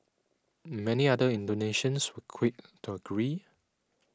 many other Indonesians were quick to agree